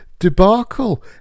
Debacle